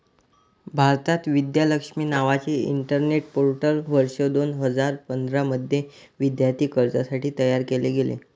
भारतात, विद्या लक्ष्मी नावाचे internet portal वर्ष दोन हजार पंधरा मध्ये विद्यार्थी कर्जासाठी तयार केले गेले